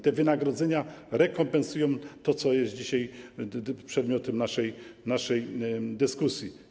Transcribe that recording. Te wynagrodzenia rekompensują to, co jest dzisiaj przedmiotem naszej dyskusji.